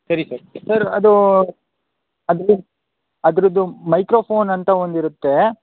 ಸರಿ sir sir ಅದು ಅದು ಅದರದ್ದು ಮೈಕ್ರೋಫೋನ್ ಅಂತ ಒಂದು ಇರುತ್ತೆ